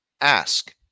ask